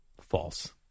False